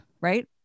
right